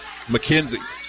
McKenzie